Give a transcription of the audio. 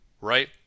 right